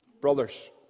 Brothers